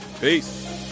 Peace